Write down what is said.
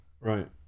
right